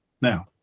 Now